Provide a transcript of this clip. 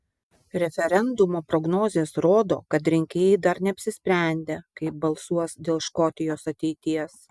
referendumo prognozės rodo kad rinkėjai dar neapsisprendę kaip balsuos dėl škotijos ateities